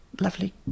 lovely